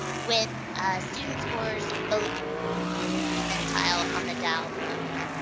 with student scores but percentile on the dial four.